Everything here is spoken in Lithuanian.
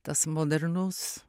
tas modernus